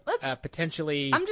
potentially